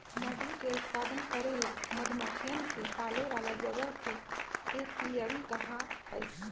मधु के उत्पादन करे ला मधुमक्खियन के पाले वाला जगह के एपियरी कहा हई